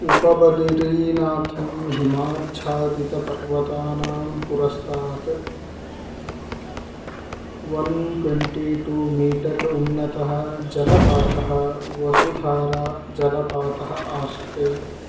उपबद्रीनाथं हिमाच्छादितपर्वतानां पुरस्तात् one twenty two metre उन्नतः जलपातः वसुधाराजलपातः आस्ते